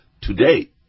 today